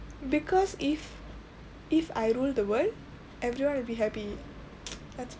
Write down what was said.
because if if I rule the world everyone will be happy